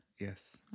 Yes